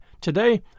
Today